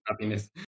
happiness